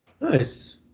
Nice